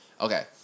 Okay